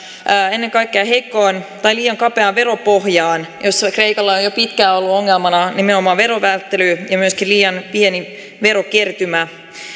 ennen kaikkea heikkoon tai liian kapeaan veropohjaan jossa kreikalla on jo pitkään ollut ongelmana nimenomaan verovälttely ja myöskin liian pieni verokertymä